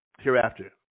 hereafter